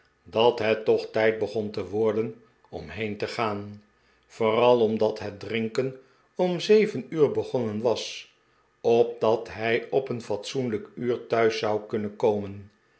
dat het toch tijd begon te worden om heen te gaan vooral omdat het drinken om zeven uur begonnen was opdat hij op een fatsoenlijk uur thuis zou kunnen komen